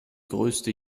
größte